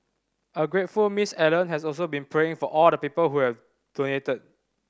a grateful Miss Allen has also been praying for all the people who have donated